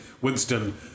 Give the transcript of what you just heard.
Winston